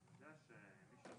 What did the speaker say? היו שלושה